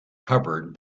covered